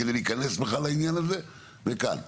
כדי להיכנס בכלל לעניין הזה וכאן,